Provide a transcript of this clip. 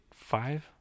five